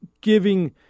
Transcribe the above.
giving